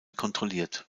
kontrolliert